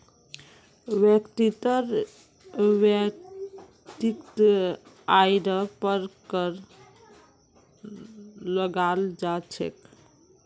व्यक्तिर वैयक्तिक आइर पर कर लगाल जा छेक